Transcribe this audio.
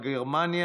שגית אפיק,